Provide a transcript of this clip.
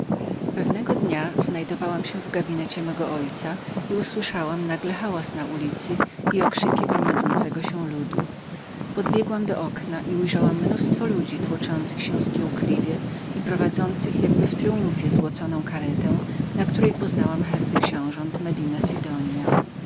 pewnego dnia właśnie znajdowałam się w gabinecie mego ojca gdym nagle usłyszała hałas na ulicy i okrzyki gromadzącego się ludu pobiegłam do okna i ujrzałam mnóstwo ludzi zgiełkliwie się tłoczących i prowadzących jakby w tryumfie złoconą karetę na której poznałam herby książąt meninamedina sidonia